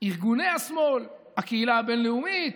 ארגוני השמאל, הקהילה הבין-לאומית,